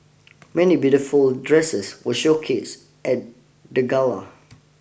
many beautiful dresses were showcase at the gala